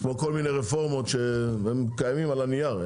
כמו כל מיני רפורמות שהן קיימות על הנייר,